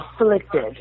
afflicted